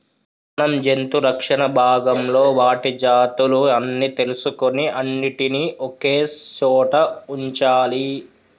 మనం జంతు రక్షణ భాగంలో వాటి జాతులు అన్ని తెలుసుకొని అన్నిటినీ ఒకే సోట వుంచాలి